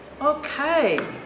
Okay